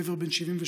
גבר בן 72,